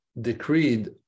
decreed